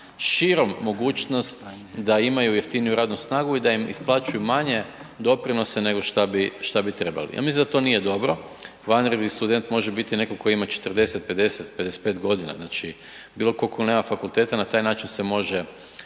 širom mogućnost da imaju jeftiniju radnu snagu i da im isplaćuju manje doprinosa nego što bi trebali. Ja mislim da to nije dobro. Vanredni student može biti netko tko ima 40, 50, 55 g. znači bilo tko tko nema fakulteta na taj način se može